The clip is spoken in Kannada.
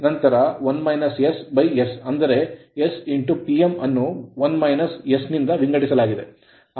ಅಂದರೆ s Pm ಅನ್ನು ನಿಂದ ವಿಂಗಡಿಸಲಾಗಿದೆ